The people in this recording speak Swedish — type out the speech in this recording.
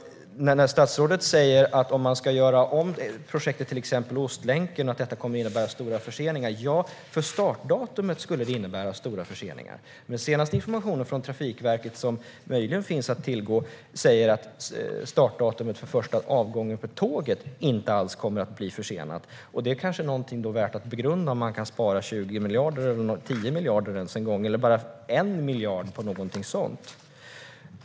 Statsrådet säger att det kommer att innebära stora förseningar om man till exempel ska göra om projektet Ostlänken - ja, det skulle innebära stora förseningar för startdatumet. Men enligt den senaste informationen från Trafikverket, som möjligen finns att tillgå, kommer datumet för det första tågets avgång inte alls att försenas. Det är kanske värt att begrunda om man kan spara 20 eller 10 eller bara 1 miljard på något sådant.